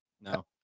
No